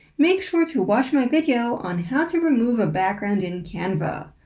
make sure to watch my video on how to remove a background in canva.